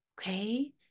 Okay